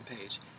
Page